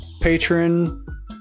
patron